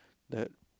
that